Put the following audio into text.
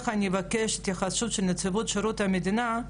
אני אבקש התייחסות של נציבות שירות המדינה,